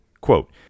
Quote